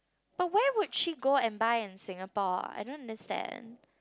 but where would she go and buy in Singapore I don't understand